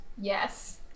yes